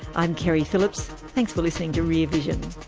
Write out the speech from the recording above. i'm keri phillips, thanks for listening to rear vision